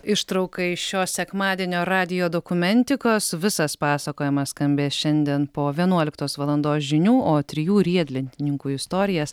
ištrauka iš šio sekmadienio radijo dokumentikos visas pasakojimas skambės šiandien po vienuoliktos valandos žinių o trijų riedlentininkų istorijas